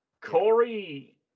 Corey